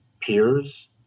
peers